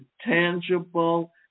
tangible